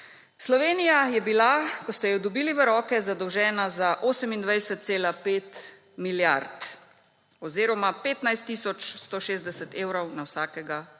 Slovenija je bila, ko ste jo dobili v roke, zadolžena za 28,5 milijarde oziroma 15 tisoč 160 evrov na vsakega prebivalca.